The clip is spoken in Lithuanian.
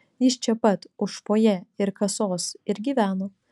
jis čia pat už fojė ir kasos ir gyveno